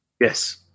Yes